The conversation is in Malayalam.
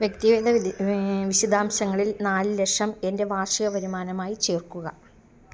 വ്യക്തിഗത വിശദാംശങ്ങളിൽ നാല് ലക്ഷം എന്റെ വാർഷിക വരുമാനമായി ചേർക്കുക